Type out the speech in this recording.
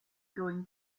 going